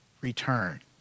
return